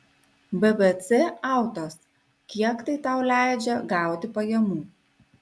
bbc autos kiek tai tau leidžia gauti pajamų